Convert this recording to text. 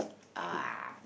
uh